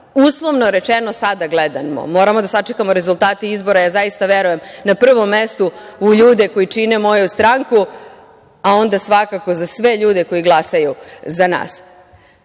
uslovno rečeno, sada gledano. Moramo da sačekamo rezultate izbora, ja zaista verujem na prvom mestu u ljude koji čine moju stranku, a onda svakako za sve ljude koji glasaju za nas.U